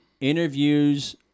interviews